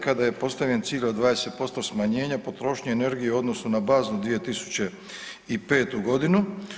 Kada je postavljen cilj od 20% smanjenja potrošnje energije u odnosu na baznu 2005. godinu.